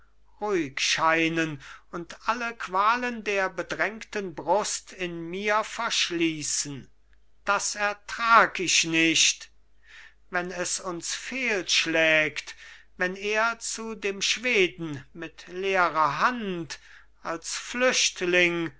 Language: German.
scheinen und alle qualen der bedrängten brust in mir verschließen das ertrag ich nicht wenn es uns fehlschlägt wenn er zu dem schweden mit leerer hand als flüchtling